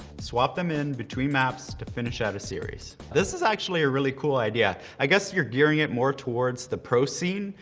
swap them in between maps to finish out a series. this is actually a really cool idea. i guess if you're gearing it more towards the pro scene,